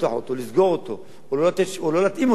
לסגור אותו או לא להתאים אותו מספיק